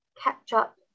ketchup